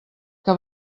que